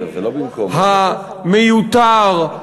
המיותר,